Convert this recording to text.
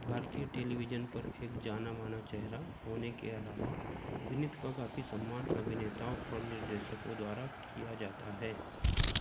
भारतीय टेलीविजन पर एक जाना माना चेहरा होने के अलावा विनीत का काफ़ी सम्मान अभिनेताओं और निर्देशकों द्वारा किया जाता है